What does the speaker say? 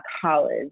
college